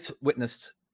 witnessed